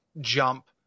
jump